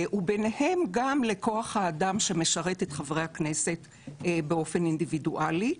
וביניהם גם לכוח האדם שמשרת את חברי הכנסת באופן אינדיבידואלי.